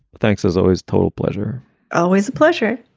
thanks as always. total pleasure always a pleasure